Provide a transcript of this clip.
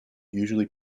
usually